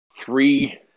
three